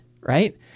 right